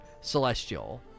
celestial